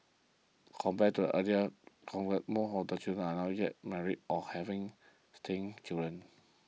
compared to earlier more of them chosen are not yet married or having children